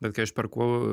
bet kai aš perku